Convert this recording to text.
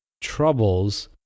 troubles